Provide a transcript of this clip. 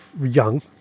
young